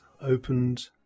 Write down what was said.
opened